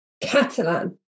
Catalan